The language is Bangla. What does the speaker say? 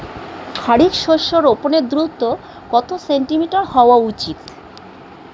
খারিফ শস্য রোপনের দূরত্ব কত সেন্টিমিটার হওয়া উচিৎ?